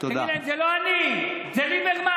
תגיד להם: זה לא אני, זה ליברמן?